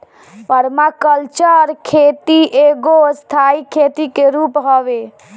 permaculture खेती एगो स्थाई खेती के रूप हवे